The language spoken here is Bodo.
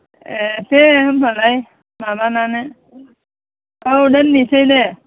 ए दे होम्बालाय माबानानै औ दोननिसै दे